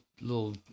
little